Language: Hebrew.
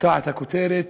תחת הכותרת: